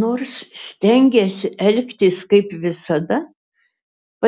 nors stengėsi elgtis kaip visada